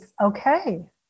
okay